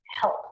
help